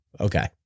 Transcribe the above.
Okay